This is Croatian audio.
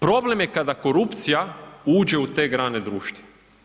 Problem je kada korupcija uđe u te grane društva.